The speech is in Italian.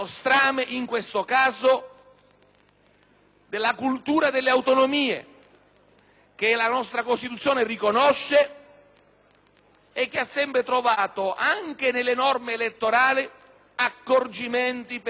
della cultura delle autonomie che la nostra Costituzione riconosce e che ha sempre trovato, anche nelle norme elettorali, accorgimenti per non mortificare questa esperienza.